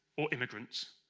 or immigrants,